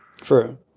true